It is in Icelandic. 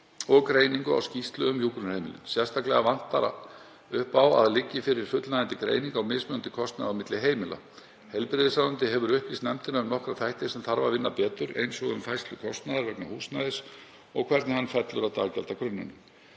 og greiningu á skýrslu um hjúkrunarheimilin. Sérstaklega vantar upp á að fyrir liggi fullnægjandi greining á mismunandi kostnaði á milli heimila. Heilbrigðisráðuneytið hefur upplýst nefndina um nokkra þætti sem þarf að vinna betur, eins og um færslu kostnaðar vegna húsnæðis og hvernig hann fellur að daggjaldagrunninum.